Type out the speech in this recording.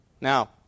Now